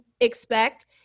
expect